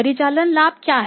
परिचालन लाभ क्या है